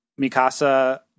Mikasa